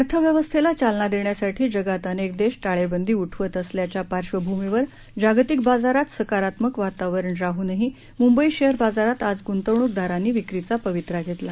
अर्थव्यवस्थेला चालना देण्यासाठी जगात अनेक देश टाळेबंदी उठवत असल्याच्या पार्श्वभूमीवर जागतिक बाजारात सकारात्मक वातावरण राहूनही मुंबई शेअर बाजारात आज गुंतवणूकदारांनी विक्रीचा पवित्रा घेतला